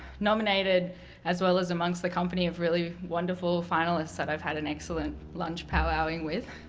nominated as well as amongst the company of really wonderful finalists that i've had an excellent lunch pow-wowing with.